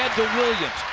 williams.